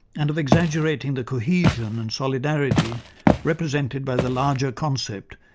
and of exaggerating the cohesion and solidarity represented by the larger concept,